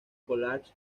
college